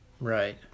Right